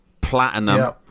platinum